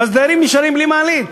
ואז הדיירים נשארים בלי מעלית.